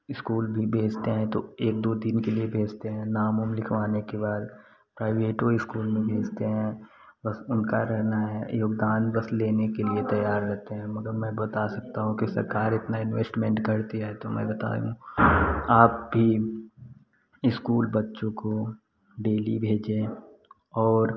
school भी भेजते हैं तो एक दो दिन के लिए भेजते हैं नाम उम लिखवाने के बाद प्राइवेटो इस्कूल में भेजते हैं बस उनका रहना है योगदान बस लेने के लिए तैयार रहते हैं मगर मैं बता सकता हूँ कि सरकार इतने इनवेस्टमेंट करती है तो मैं बता दूँ आप भी इस्कूल बच्चों को डेली भेजें और